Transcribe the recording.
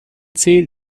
zählt